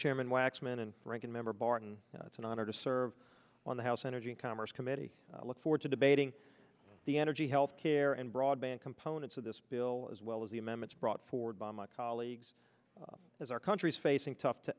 chairman waxman and ranking member barton it's an honor to serve on the house energy and commerce committee look forward to debating the energy health care and broadband components of this bill as well as the amendments brought forward by my colleagues as our country's facing tough to